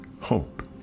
hope